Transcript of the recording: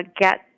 get